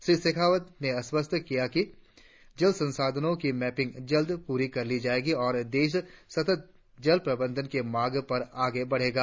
श्री शेखावत ने आशवस्त किया कि जल संसाधनों की मैपिंग जल्द प्ररी कर ली जाएगी और देश सतत जल प्रबंधन के मार्ग पर आगे बढ़ेगा